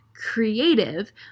creative